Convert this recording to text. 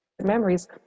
memories